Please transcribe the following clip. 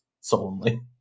solemnly